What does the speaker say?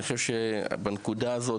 אני חושב שבנקודה הזאת,